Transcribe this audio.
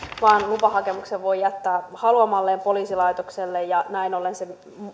vaan lupahakemuksen voi jättää haluamalleen poliisilaitokselle ja näin ollen se